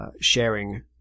sharing